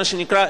מה שנקרא,